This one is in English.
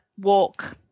walk